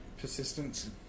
persistence